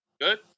Good